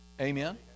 Amen